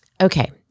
Okay